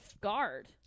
guard